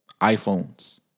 iPhones